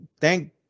thank